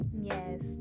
yes